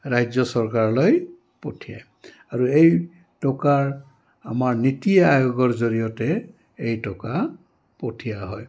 ৰাজ্য চৰকাৰলৈ পঠিয়ায় আৰু এই টকাৰ আমাৰ নীতি আয়োগৰ জৰিয়তে এই টকা পঠিওৱা হয়